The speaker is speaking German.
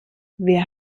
wer